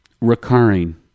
Recurring